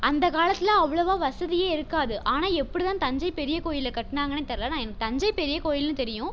அந்தக் காலத்தில் அவ்வளவு வசதியே இருக்காது ஆனால் எப்படி தான் தஞ்சை பெரிய கோயிலை கட்டினாங்கன்னே தெரியலை எனக்குத் தஞ்சை பெரிய கோயில்னு தெரியும்